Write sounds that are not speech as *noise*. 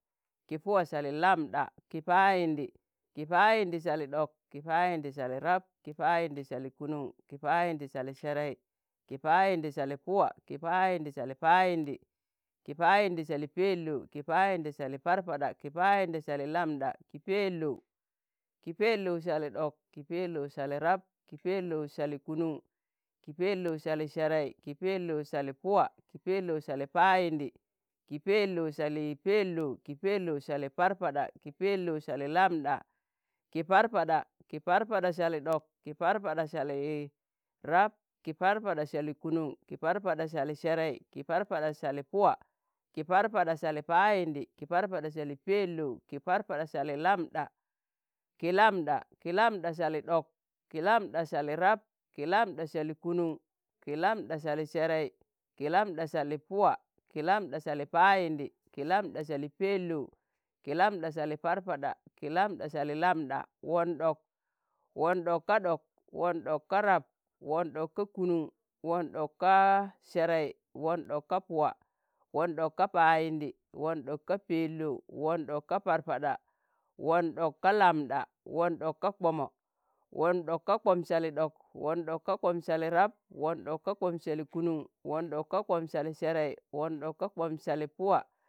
ki puwa Sali lambɗa, ki Payindi, ki Payindi sali ɗok, ki Payindi sali rab, ki Payindi sali kunun, ki payindi sali serei ki payindi sali pawa, ki Payindi Sali Payindi, ki Payindi Sali Pelou, ki Payindi Sali Parpaɗa, ki Payindi Sali Lambɗa ki Pelou, ki Pelou Sali ɗok, ki Pelou sali rab, ki Pelou sali kunun, ki pelou sali serei ki pelou sali puwa, ki pelou sali payindi, ki pelou sali pelou, ki pelou sali Parpaɗa, ki Pelou Sali lambɗa, ki Parpaɗa, ki Parpaɗa sali ɗok ki Parpaɗa Sali rab, ki Parpaɗa Sali kunuṇ, ki Parpaɗa Sali Serei, ki Parpaɗa Sali Puwa, ki Parpada sali payindi, ki Parpada sali Pelou, ki Parpaɗa sali Parpaɗa, ki Parpaɗa Sali lambɗa, ki lambɗa ki lambɗa sali ɗok, ki lambɗa sali rab, ki lambɗa sali kunun, ki lambɗa sali serei, ki lambɗa sali Puwa, ki lambɗa sali payindi ki lambɗa sali Pelou, ki lambɗa sali parpaɗa, ki lambɗa sali lambɗa, won ɗok, won ɗok ka ɗok, won ɗok ka rab, won ɗok ka kunun, won ɗok ka serei, won ɗok ka puwa, won ɗok ka payindi, won ɗok ka Pelou, won ɗok ka parpaɗa, won ɗok ka lambɗa, won ɗok ka kpomo, won ɗok ka kpom sali ɗok, won ɗok ka kpom sali rab, *noise* won ɗok ka kpom sali kunun, won ɗok ka kpom sali serai, won ɗok ka kpom sali puwa.